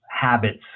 habits